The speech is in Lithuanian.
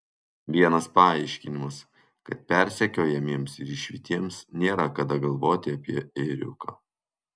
vienas paaiškinimas kad persekiojamiems ir išvytiems nėra kada galvoti apie ėriuką